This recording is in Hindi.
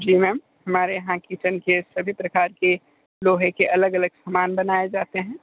जी मैम हमारे यहाँ किचन के सभी प्रकार के लोहे के अलग अलग सामान बनाए जाते हैं